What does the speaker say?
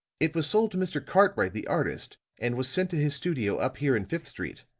it was sold to mr. cartwright the artist, and was sent to his studio up here in fifth st.